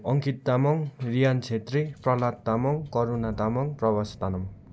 Ankit Tamang Rihan Chhetri Prahlad Tamang Karuna Tamang Pravas Tamang